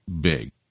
big